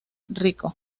rico